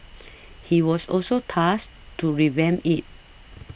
he was also tasked to revamp it